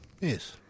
Yes